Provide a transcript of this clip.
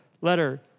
letter